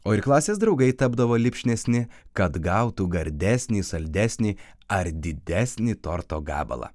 o ir klasės draugai tapdavo lipšnesni kad gautų gardesnį saldesnį ar didesnį torto gabalą